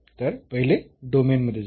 तर पहिले डोमेन मध्ये जाऊ